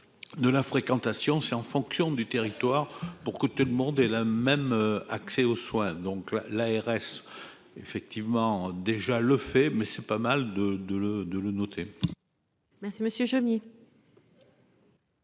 de la fréquentation, c'est en fonction du territoire pour que tu te demander la même accès aux soins, donc l'ARS effectivement déjà le fait mais c'est pas mal de de le de le noter. Merci Monsieur Jomier.